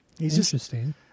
Interesting